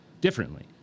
differently